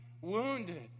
wounded